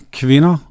kvinder